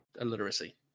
illiteracy